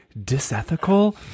disethical